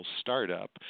startup